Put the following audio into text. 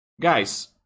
guys